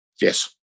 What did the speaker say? Yes